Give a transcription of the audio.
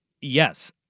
yes